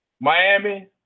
Miami